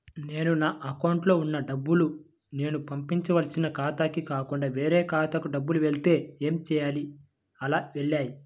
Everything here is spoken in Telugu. నేను నా అకౌంట్లో వున్న డబ్బులు నేను పంపవలసిన ఖాతాకి కాకుండా వేరే ఖాతాకు డబ్బులు వెళ్తే ఏంచేయాలి? అలా వెళ్తాయా?